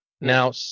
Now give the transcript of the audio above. Now